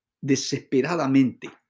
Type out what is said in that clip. desesperadamente